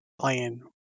playing